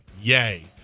yay